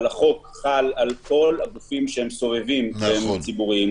אבל החוק חל על כל הגופים שסובבים גופים ציבוריים,